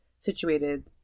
situated